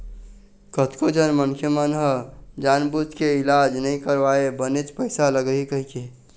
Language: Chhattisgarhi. कतको झन मनखे मन ह जानबूझ के इलाज नइ करवाय बनेच पइसा लगही कहिके